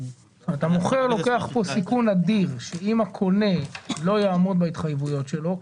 המוכר לוקח כאן סיכון אדיר מה קורה אם הקונה לא יעמוד בהתחייבויות שלו,